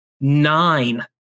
nine